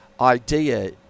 idea